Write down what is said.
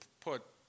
put